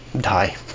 die